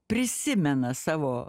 prisimena savo